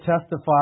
testify